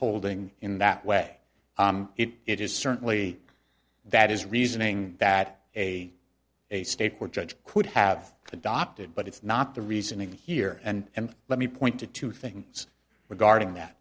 holding in that way it is certainly that is reasoning that a a state court judge could have adopted but it's not the reasoning here and let me point to two things regarding